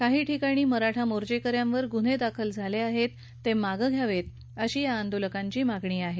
काही ठिकाणी मराठा मोर्चेकऱ्यांवर गुन्हे दाखल झाले आहेत ते मागं घ्यावेत अशी आंदोलकांची मागणी आहे